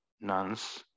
nuns